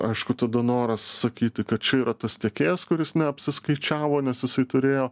aišku tada noras sakyti kad čia yra tas tiekėjas kuris neapsiskaičiavo nes jisai turėjo